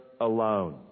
alone